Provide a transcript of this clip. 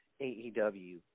AEW